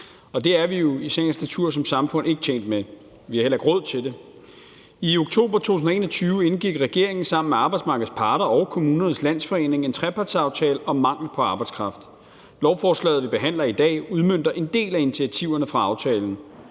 det er vi jo i sagens natur som samfund ikke tjent med – vi har heller ikke råd til det. I oktober 2021 indgik regeringen sammen med arbejdsmarkedets parter og Kommunernes Landsforening en trepartsaftale om mangel på arbejdskraft. Lovforslaget, vi behandler i dag, udmønter en del af initiativerne fra aftalen.